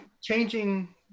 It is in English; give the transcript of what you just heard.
changing